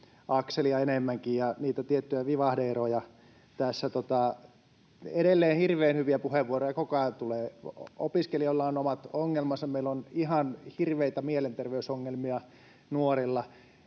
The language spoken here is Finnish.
enemmänkin ja niitä tiettyjä vivahde-eroja. Tässä edelleen hirveän hyviä puheenvuoroja koko ajan tulee. Opiskelijoilla on omat ongelmansa, meillä on ihan hirveitä mielenterveysongelmia nuorilla.